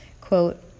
quote